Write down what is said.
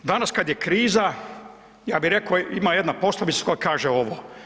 Danas kad je kriza, ja bi reko, ima jedna poslovica koja kaže ovo.